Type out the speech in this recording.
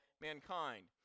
mankind